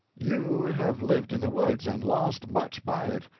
you have lived in the woods, and lost much by it.